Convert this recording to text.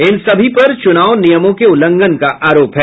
इन सभी पर चुनाव नियमों के उल्लंघन का आरोप है